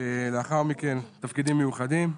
לאחר מכן תפקידים מיוחדים.